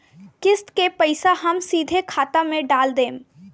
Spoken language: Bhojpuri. किस्त के पईसा हम सीधे खाता में डाल देम?